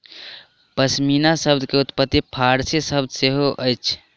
पश्मीना शब्द के उत्पत्ति फ़ारसी भाषा सॅ सेहो अछि